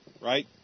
right